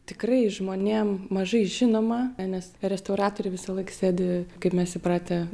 tikrai žmonėm mažai žinoma nes restauratoriai visąlaik sėdi kaip mes įpratę